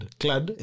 clad